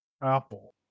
Apple